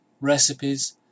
recipes